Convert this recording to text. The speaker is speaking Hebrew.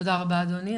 תודה רבה, אדוני.